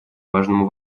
важному